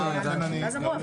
11:50.